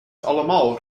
allemaal